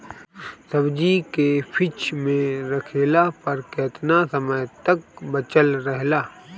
सब्जी के फिज में रखला पर केतना समय तक बचल रहेला?